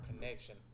connection